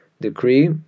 decree